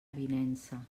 avinença